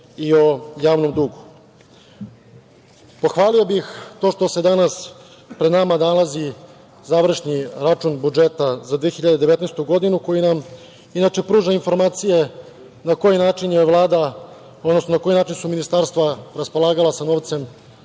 i o javnom dugu. Pohvalio bih to što se danas pred nama nalazi završni račun budžeta za 2019. godinu koji nam inače pruža informacije na koji način su ministarstva raspolagala sa novcem